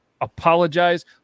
apologize